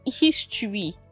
history